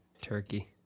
Turkey